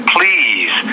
Please